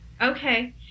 Okay